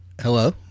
hello